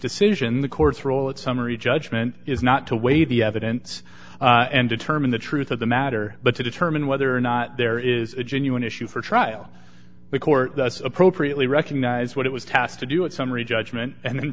decision the court's role in summary judgment is not to weigh the evidence and determine the truth of the matter but to determine whether or not there is a genuine issue for trial the court that's appropriately recognized what it was tasked to do in summary judgment and then